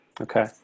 Okay